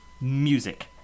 music